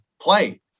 play